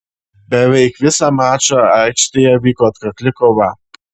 beveik visą mačą aikštėje vyko atkakli kova